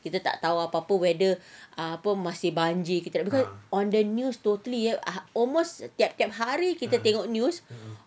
kita tak tahu apa-apa ah whether masih banjir because on the news totally ah almost tiap-tiap hari kita tengok news